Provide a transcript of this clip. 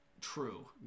True